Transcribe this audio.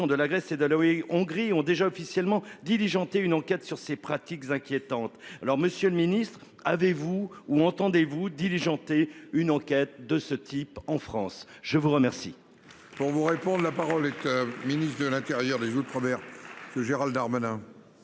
de la Grèce et de l'eau et Hongrie ont déjà officiellement diligenter une enquête sur ces pratiques inquiétantes. Alors Monsieur le Ministre, avez-vous ou entendez-vous diligenté une enquête de ce type en France. Je vous remercie.